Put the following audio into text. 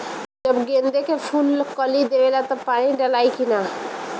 जब गेंदे के फुल कली देवेला तब पानी डालाई कि न?